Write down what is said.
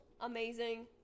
amazing